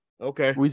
okay